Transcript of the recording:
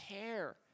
care